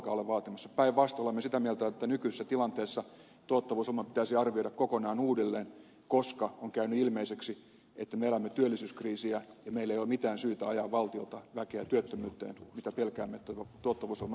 päinvastoin olemme sitä mieltä että nykyisessä tilanteessa tuottavuusohjelma pitäisi arvioida kokonaan uudelleen koska on käynyt ilmeiseksi että me elämme työllisyyskriisiä eikä meillä ole mitään syytä ajaa valtiolta väkeä työttömyyteen mitä pelkäämme että tuottavuusohjelma nykymuodossaan sitä tarkoittaa